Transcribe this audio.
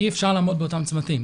אי אפשר לעמוד באותם צמתים,